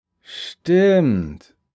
stimmt